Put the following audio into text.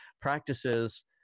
practices